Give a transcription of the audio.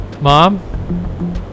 Mom